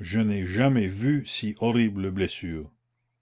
je n'ai jamais vu si horribles blessures